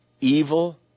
evil